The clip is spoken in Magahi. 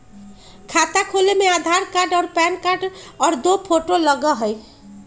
खाता खोले में आधार कार्ड और पेन कार्ड और दो फोटो लगहई?